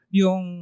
yung